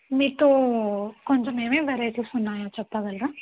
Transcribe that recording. మీతో కొంచెం ఏమేమి వెరైటీస్ ఉన్నాయో చెప్పగలరా